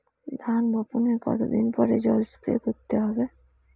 ধান বপনের কতদিন পরে জল স্প্রে করতে হবে?